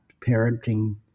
parenting